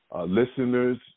listeners